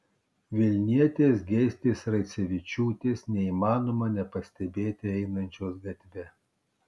vilnietės geistės raicevičiūtės neįmanoma nepastebėti einančios gatve